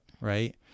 right